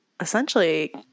essentially